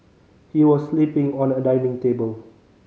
he was sleeping on a dining table